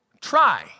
try